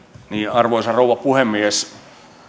arvoisa rouva puhemies